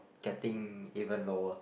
getting even lower